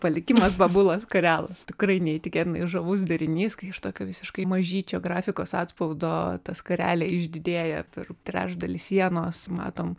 palikimas bobulos skarelos tikrai neįtikėtinai žavus derinys kai iš tokio visiškai mažyčio grafikos atspaudo ta skarelė išdidėja per trečdalį sienos matom